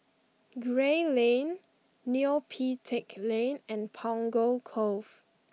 Gray Lane Neo Pee Teck Lane and Punggol Cove